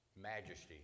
majesty